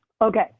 Okay